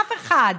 אף אחד.